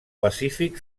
pacífic